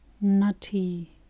Nutty